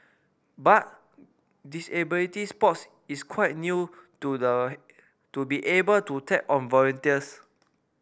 but disability sports is quite new to the to be able to tap on volunteers